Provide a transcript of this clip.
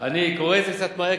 וכמה שיותר מהר.